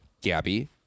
Gabby